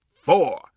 four